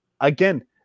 Again